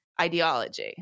ideology